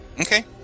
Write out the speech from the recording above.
okay